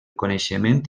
coneixement